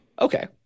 Okay